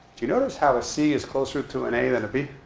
do you notice how a c is closer to an a than a b?